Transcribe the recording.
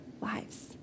lives